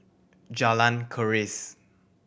Jalan Keris